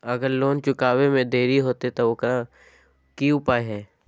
अगर लोन चुकावे में देरी होते तो ओकर की उपाय है?